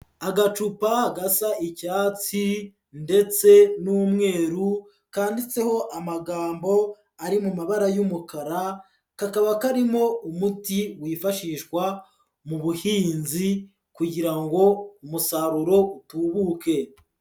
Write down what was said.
Agacupa gasa icyatsi ndetse n'umweru kanditseho amagambo ari mu mabara y'umukara, kakaba karimo umuti wifashishwa mu buhinzi kugira ngo umusaruro utubuke.